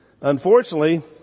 Unfortunately